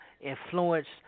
influenced